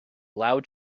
loud